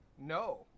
No